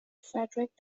frederick